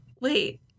Wait